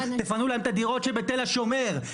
תפנו להם את הדירות שבתל השומר,